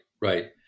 right